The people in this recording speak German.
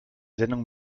sendung